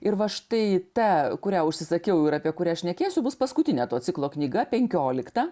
ir va štai ta kurią užsisakiau ir apie kurią šnekėsiu bus paskutinė to ciklo knyga penkiolikta